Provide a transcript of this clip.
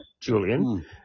Julian